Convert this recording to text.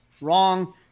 Wrong